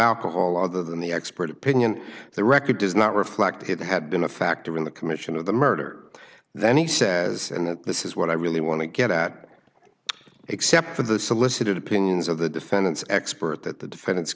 alcohol other than the expert opinion the record does not reflect that it had been a factor in the commission of the murder that he says and this is what i really want to get at except for the solicited opinions of the defendants expert that the defendant's